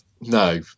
No